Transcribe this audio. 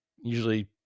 usually